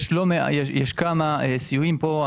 יש כמה סיועים פה.